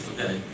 Okay